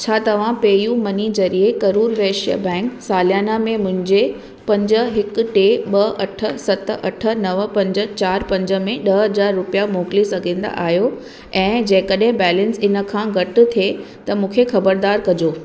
छा तव्हां PayU money ज़रिए करुर वैश्य बैंक सालियाना में मुंहिंजे पंज हिकु टे ॿ अठ सत अठ नव पंज चारि पंज में ॾह हज़ार रुपिया मोकिले सघंदा आहियो ऐं जेकॾहिं बैलेंस इन खां घटि थिए त मूंखे ख़बरदार कजो